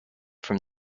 from